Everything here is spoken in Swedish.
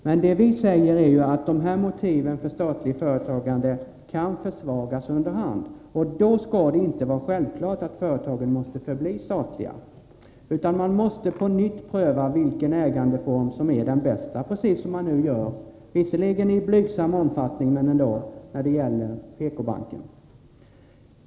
Men vi säger att motiven för statligt företagande kan försvagas under hand, och då skall det inte vara självklart att företagen måste förbli statliga. Man måste då på nytt pröva vilken ägandeform som är den bästa, precis som man nu gör beträffande PK-banken — visserligen i blygsam omfattning, men ändå.